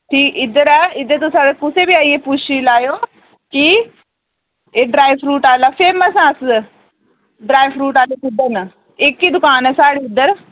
कि इद्धर ऐ इद्धर तुस कुसै गी बी आइयै पुच्छी लैएओ कि एह् ड्राई फ्रूट आह्ला फेमस ऐ अस ड्राई फ्रूट आह्ले कुद्धर न इक ही दूकान ऐ साढ़ी उद्धर